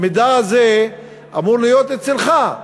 המידע הזה אמור להיות אצלך.